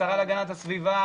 השרה להגנת הסביבה,